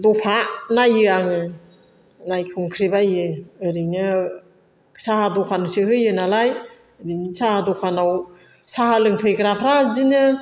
दफा नायो आङो नायखंख्रेबायो ओरैनो साहा दखानसो होयो नालाय ओरैनो साहा दखानाव साहा लोंफैग्राफ्रा बिदिनो